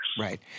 Right